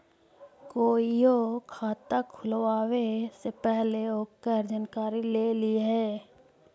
कोईओ खाता खुलवावे से पहिले ओकर जानकारी ले लिहें